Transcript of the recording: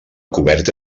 coberta